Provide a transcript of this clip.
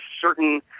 certain